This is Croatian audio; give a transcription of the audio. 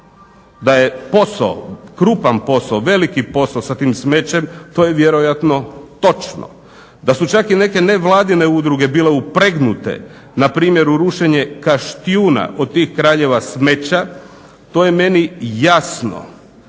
da je posao krupan posao, veliki posao sa tim smećem, to je vjerojatno točno. Da su čak i neke nevladine udruge bile upregnute, npr. u rušenje Kaštijuna od tih kraljeva smeća, to je meni jasno.